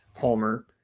Palmer